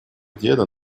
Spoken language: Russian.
деда